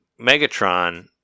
Megatron